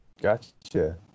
Gotcha